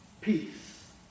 peace